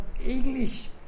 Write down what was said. English